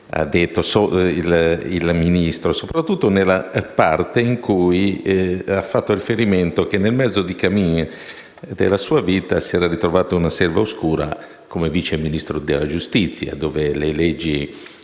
ha detto il Ministro, soprattutto nella parte in cui ha fatto riferimento al fatto che, nel mezzo del cammin della sua vita, si era ritrovato in una selva oscura, come Vice Ministro della giustizia, dove le leggi